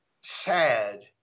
sad